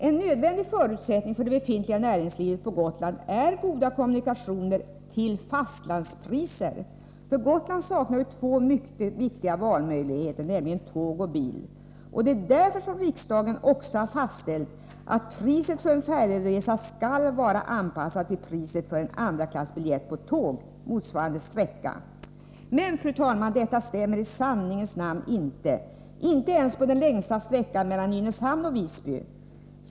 En nödvändig förutsättning för det befintliga näringslivet på Gotland är goda kommunikationer till fastlandspriser. Gotland saknar ju två mycket viktiga valmöjligheter, nämligen tåg och bil, och därför har riksdagen också fastställt att priset för en färjeresa skall vara anpassat till priset för en andraklassbiljett på tåg för motsvarande färdsträcka. Men, fru talman, detta stämmer i sanningens namn inte — inte ens på den längsta sträckan mellan Nynäshamn och Visby.